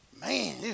Man